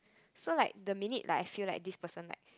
so like the minute like I feel like this person like